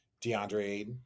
DeAndre